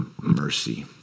mercy